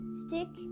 stick